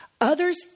others